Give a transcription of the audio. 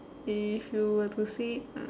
if you were to say uh